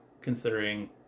considering